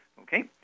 Okay